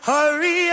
Hurry